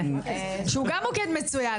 שהוא גם מוקד מצוין,